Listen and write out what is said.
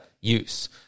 use